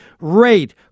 rate